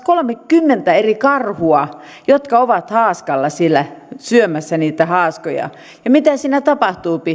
kolmekymmentä eri karhua jotka ovat haaskalla siellä syömässä niitä haaskoja mitä siinä tapahtuu